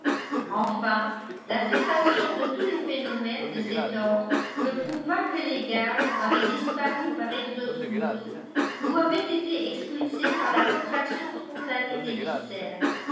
enfin la cessation de tous les phénomènes de cet ordre me prouva que les gaz avaient disparu par exosmose ou avaient été expulsés par la contraction spontanée des viscères